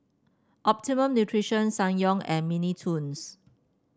Optimum Nutrition Ssangyong and Mini Toons